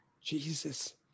Jesus